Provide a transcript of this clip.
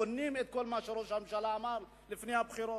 קונים את כל מה שראש הממשלה אמר לפני הבחירות.